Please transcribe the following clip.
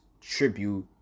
tribute